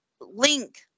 link